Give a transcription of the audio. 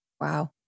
Wow